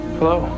Hello